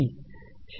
সে বলবে nˆ × E2